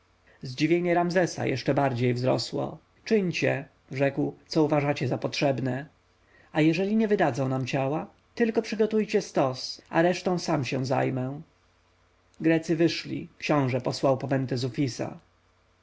zdziwienie ramzesa jeszcze bardziej wzrosło czyńcie rzekł co uważacie za potrzebne a jeżeli nie wydadzą nam ciała tylko przygotujcie stos a resztą sam się zajmę grecy wyszli książę posłał po mentezufisa kapłan z pod